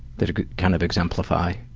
that could kind of exemplify.